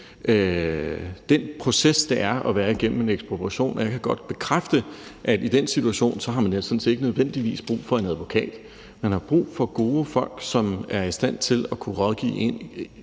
den proces, det er at være igennem en ekspropriation, og jeg kan godt bekræfte, at man i den situation sådan set ikke nødvendigvis har brug for en advokat. Man har brug for gode folk, som er i stand til at kunne rådgive en